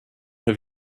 have